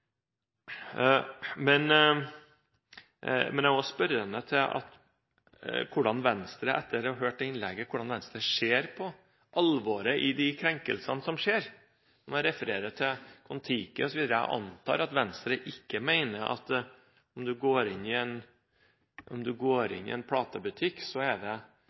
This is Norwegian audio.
Jeg er også spørrende – etter å ha hørt innlegget – til hvordan Venstre ser på alvoret i de krenkelsene som skjer. Man refererer til Kon-Tiki osv. Jeg antar at Venstre ikke mener at om man går inn i en platebutikk, er det ikke fullt så alvorlig om man stjeler en